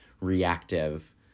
reactive